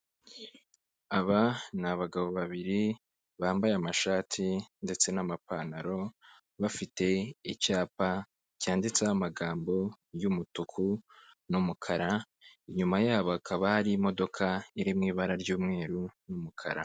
Aba ni abagabo babiri bambaye amashati ndetse n'amapantaro, bafite icyapa cyanditseho amagambo y'umutuku n'umukara. Inyuma yabo hakaba hari imodoka iri mu ibara ry'umweru n'umukara.